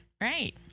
right